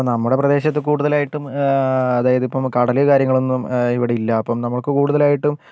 ഇപ്പോൾ നമ്മുടെ പ്രദേശത്ത് കൂടുതലായിട്ടും അതായതിപ്പം കടല് കാര്യങ്ങളൊന്നും ഇവിടില്ല അപ്പം നമുക്ക് കൂടുതലായിട്ടും